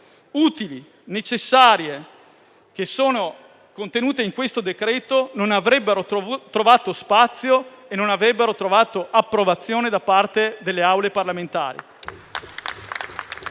utili e necessarie che sono contenute in questo decreto-legge non avrebbero trovato spazio e non avrebbero trovato approvazione da parte delle Aule parlamentari